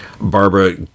Barbara